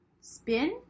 spin